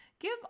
Give